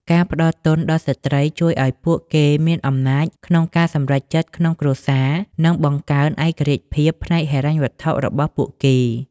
ការផ្ដល់ទុនដល់ស្ត្រីជួយឱ្យពួកគេមានអំណាចក្នុងការសម្រេចចិត្តក្នុងគ្រួសារ និងបង្កើនឯករាជ្យភាពផ្នែកហិរញ្ញវត្ថុរបស់ពួកគេ។